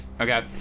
Okay